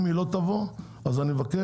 אם היא לא תבוא אז אני מבקש,